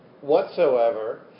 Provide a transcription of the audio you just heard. whatsoever